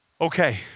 Okay